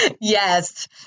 Yes